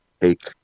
take